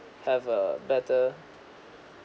have a better